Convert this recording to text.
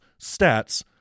stats